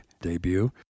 debut